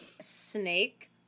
snake